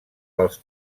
pels